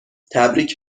تبریک